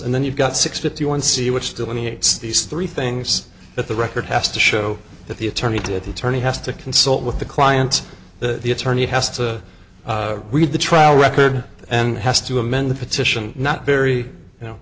and then you got six fifty one c which delineates these three things that the record has to show that the attorney did the attorney has to consult with the client the attorney has to read the trial record and has to amend the petition not barry you know